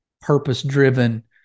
purpose-driven